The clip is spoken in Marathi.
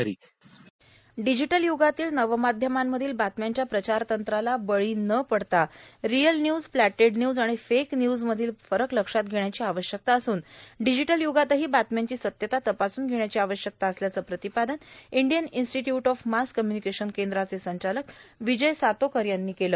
र्याडजीटल य्गातील नवमाध्यमांमधील बातम्यांच्या प्रचारतंत्राला बळी न पडता र्रयल न्यूज प्लँटेड न्यूज आर्ण फेक न्यूजमधील फरक लक्षात घेण्याची आवश्यकता असून र्डजीटल युगातहो बातम्यांची सत्यता तपासून घेण्याची आवश्यकता असल्याचं प्र्रातपादन Indian institute of mass communication कद्राचे संचालक विजय सातोकर यांनी केलं